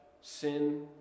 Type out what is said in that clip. sin